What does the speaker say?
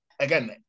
again